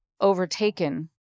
overtaken